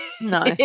no